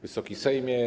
Wysoki Sejmie!